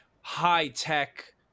high-tech